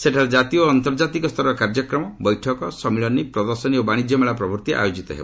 ସେଠାରେ ଜାତୀୟ ଓ ଆନ୍ତର୍ଜାତିକ ସ୍ତରର କାର୍ଯ୍ୟକ୍ରମ ବୈଠକ ସମ୍ମିଳନୀ ପ୍ରଦର୍ଶନୀ ଓ ବାଣିଜ୍ୟ ମେଳା ପ୍ରଭୂତି ଆୟୋଜିତ ହେବ